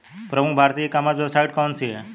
प्रमुख भारतीय e commerce website कौन कौन सी हैं?